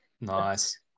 Nice